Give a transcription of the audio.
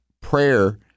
prayer